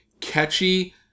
catchy